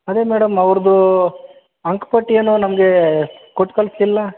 ಅದೇ ಮೇಡಮ್ ಅವ್ರದು ಅಂಕಪಟ್ಟಿ ಏನು ನಮಗೆ ಕೊಟ್ಟು ಕಳ್ಸ್ಲಿಲ್ಲ